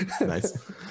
Nice